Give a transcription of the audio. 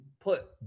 put